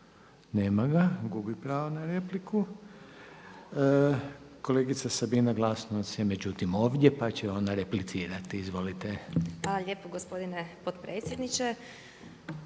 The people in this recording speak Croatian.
Nema ga, gubi pravo na repliku. Kolegica Sabina Glasovac je međutim ovdje pa će ona replicirati. Izvolite. **Glasovac, Sabina (SDP)** Hvala lijepa gospodine potpredsjedniče.